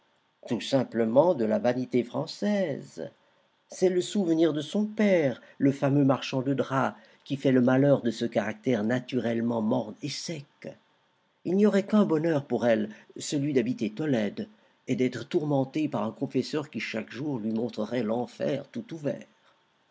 tout simplement de la vanité française c'est le souvenir de son père le fameux marchand de draps qui fait le malheur de ce caractère naturellement morne et sec il n'y aurait qu'un bonheur pour elle celui d'habiter tolède et d'être tourmentée par un confesseur qui chaque jour lui montrerait l'enfer tout ouvert